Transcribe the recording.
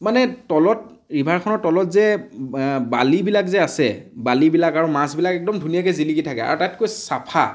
মানে তলত ৰিভাৰখনৰ তলত যে বালিবিলাক যে আছে বালিবিলাক আৰু মাছবিলাক একদম ধুনীয়াকৈ জিলিকি থাকে আটাইতকৈ চাফা